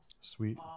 sweet